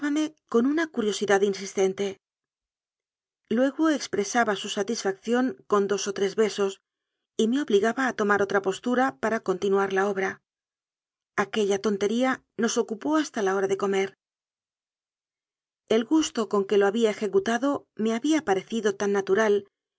con una curiosidad insistente luego expresaba su satisfacción con dos o tres besos y me obliga ba a tomar otra postura para continuar la obra aquella tontería nos ocupó hasta la hora de comer el gusto con que do había ejecutado me ha bía parecido tan natural